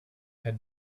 had